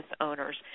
owners